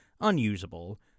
unusable